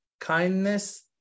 kindness